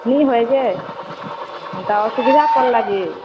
ଅସୁବିଧା ପଡ଼୍ଲି